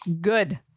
good